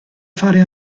fare